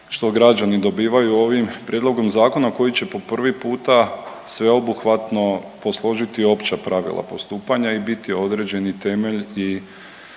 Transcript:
što građani dobivaju ovim prijedlogom zakona koji će po prvi puta sveobuhvatno posložiti opća pravila postupanja i biti određeni temelj i